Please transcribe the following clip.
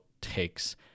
takes